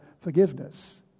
forgiveness